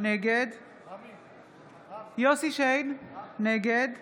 נגד יוסף שיין, נגד